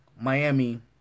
Miami